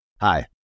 hi